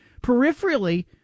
peripherally